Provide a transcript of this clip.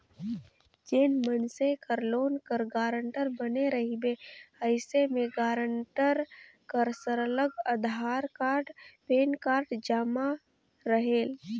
जेन मइनसे कर लोन कर गारंटर बने रहिबे अइसे में गारंटर कर सरलग अधार कारड, पेन कारड जमा रहेल